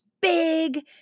big